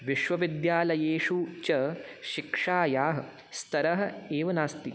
विश्वविद्यालयेषु च शिक्षायाः स्तरः एव नास्ति